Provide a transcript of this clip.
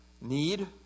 Need